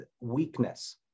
weakness